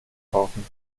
kaufen